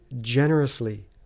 generously